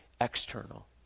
external